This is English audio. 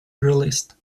released